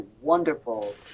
wonderful